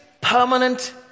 permanent